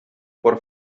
por